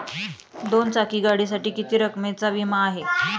दोन चाकी गाडीसाठी किती रकमेचा विमा आहे?